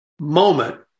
Moment